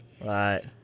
right